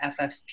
FSP